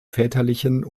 väterlichen